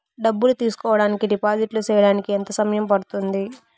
డబ్బులు తీసుకోడానికి డిపాజిట్లు సేయడానికి ఎంత సమయం పడ్తుంది